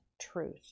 truth